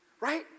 right